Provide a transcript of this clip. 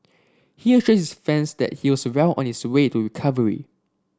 he assured his fans that he was well on his way to recovery